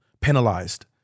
penalized